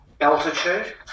Altitude